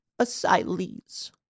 asylees